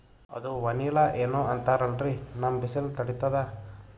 ಅದು ವನಿಲಾ ಏನೋ ಅಂತಾರಲ್ರೀ, ನಮ್ ಬಿಸಿಲ ತಡೀತದಾ?